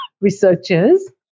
researchers